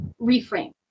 reframe